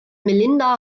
melinda